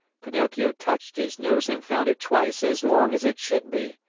pinocchio touched his nose and found it twice as long as it should be.